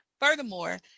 furthermore